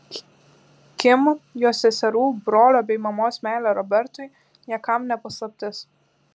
kim jos seserų brolio bei mamos meilė robertui niekam ne paslaptis